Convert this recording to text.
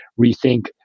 rethink